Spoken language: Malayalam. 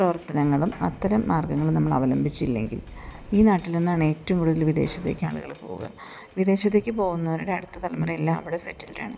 പ്രവർത്തനങ്ങളും അത്തരം മാർഗ്ഗങ്ങളും നമ്മൾ അവലംബിച്ചില്ലെങ്കിൽ ഈ നാട്ടിൽ നിന്നാണ് ഏറ്റവും കൂടുതൽ വിദേശത്തേക്ക് ആളുകള് പോകുക വിദേശത്തേക്ക് പോകുന്നവരുടെ അടുത്ത തലമുറ എല്ലാം അവിടെ സെറ്റിൽഡാണ്